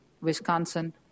Wisconsin